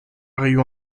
rayon